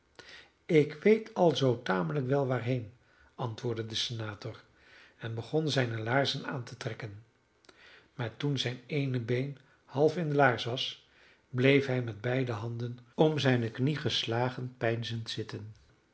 ik weet al zoo tamelijk wel waarheen antwoordde de senator en begon zijne laarzen aan te trekken maar toen zijn eene been half in de laars was bleef hij met beide handen om zijne knie geslagen peinzend zitten